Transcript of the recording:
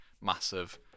massive